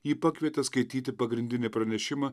jį pakvietė skaityti pagrindinį pranešimą